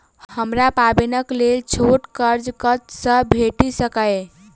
हमरा पाबैनक लेल छोट कर्ज कतऽ सँ भेटि सकैये?